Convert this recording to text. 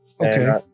Okay